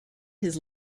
his